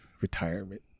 retirement